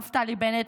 נפתלי בנט,